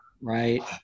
right